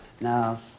Now